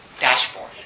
dashboard